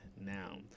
now